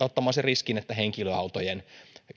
ottamaan sen riskin että henkilöautojen